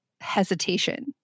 hesitation